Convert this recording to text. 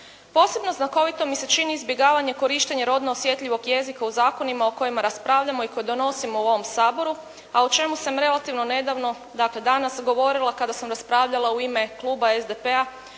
Posebno znakovito mi se čini izbjegavanje korištenja rodno osjetljivog jezika u zakonima o kojima raspravljamo i koje donosimo u ovom Saboru a o čemu sam relativno nedavno dakle danas govorila kada sam raspravljala u ime kluba SDP-a